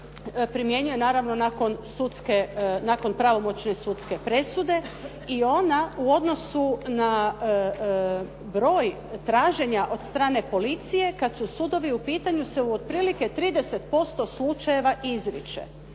primjenjuje naravno nakon sudske, nakon pravomoćne sudske presude i ona u odnosu na broj traženja od strane policije, kad su sudovi u pitanju, se u otprilike 30% slučajeva izriče.